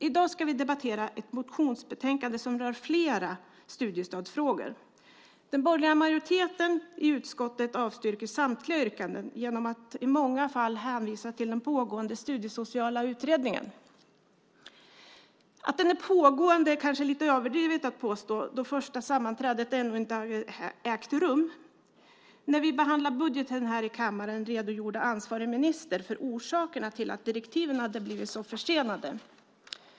I dag ska vi debattera ett motionsbetänkande som rör flera studiestödsfrågor. Den borgerliga majoriteten i utskottet avstyrker samtliga yrkanden genom att i många fall hänvisa till den pågående studiesociala utredningen. Att den är pågående är kanske lite överdrivet att påstå eftersom första sammanträdet ännu inte har ägt rum. När vi behandlade budgeten här i kammaren redogjorde ansvarig minister för orsakerna till att direktiven hade blivit så försenade.